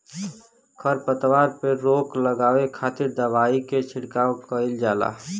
खरपतवार पे रोक लगावे खातिर दवाई के छिड़काव कईल जाला